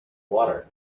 water